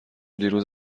دیروز